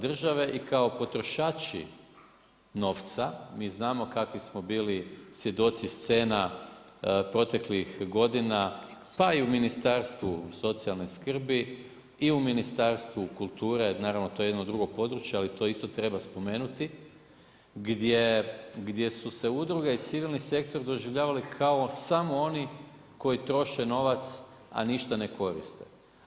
Države i kao potrošači novca, mi znamo kakvi smo bili svjedoci scena proteklih godina pa i u Ministarstvu socijalne skrbi i u Ministarstvu kulture, naravno to je jedno drugo područje, ali to isto treba spomenuti, gdje su se udruge i civilni sektor doživljavali kao samo oni koji troše novac a ništa ne koriste.